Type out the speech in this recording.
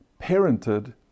parented